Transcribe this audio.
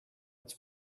its